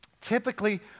Typically